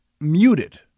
muted